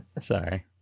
Sorry